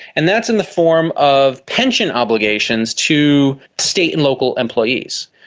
and that's in the form of pension obligations to state and local employees.